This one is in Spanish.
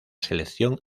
selección